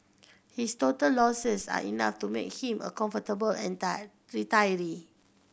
his total losses are enough to make him a comfortable retiree